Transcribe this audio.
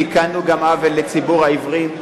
תיקנו גם עוול לציבור העיוורים,